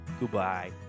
Goodbye